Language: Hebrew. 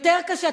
יותר קשה.